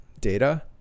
data